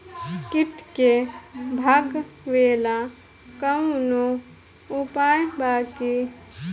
कीट के भगावेला कवनो उपाय बा की?